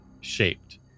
shaped